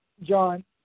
John